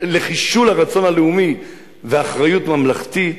לחישול הרצון הלאומי ואחריות ממלכתית,